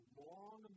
long